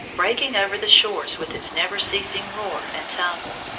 breaking over the shores with its never-ceasing roar and tumble,